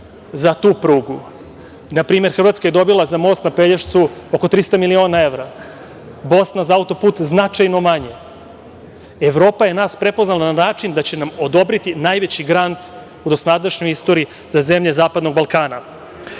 za tu prugu. Na primer, Hrvatska je dobila za most na Pelješcu oko 300 miliona evra, Bosna za autoput značajno manje. Evropa je nas prepoznala na način da će nam odobriti najveći grant u dosadašnjoj istoriji za zemlje Zapadnog Balkana. Rekli